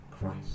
Christ